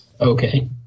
Okay